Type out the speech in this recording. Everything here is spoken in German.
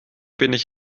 wenig